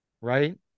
Right